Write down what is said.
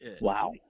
Wow